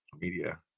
media